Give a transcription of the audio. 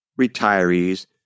retirees